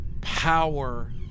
power